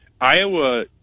Iowa